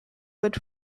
which